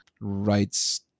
writes